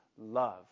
love